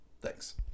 Thanks